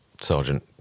sergeant